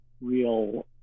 real